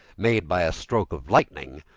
made by a stroke of lightning.